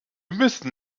müssen